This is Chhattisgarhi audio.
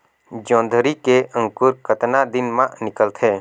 जोंदरी के अंकुर कतना दिन मां निकलथे?